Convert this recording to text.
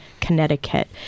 Connecticut